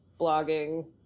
blogging